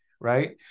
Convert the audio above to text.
right